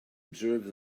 observe